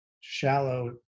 shallow